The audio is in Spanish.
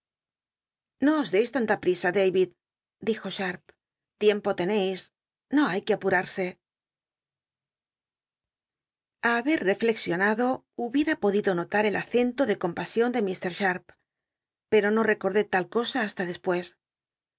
os deis tanta prisa david dijo shal'p tiempo teneis no hay que apumrse a haber reflexionado hubiera podido nolar el acento de compasion de i r sbaq pero no recordó tal cosa hasta despues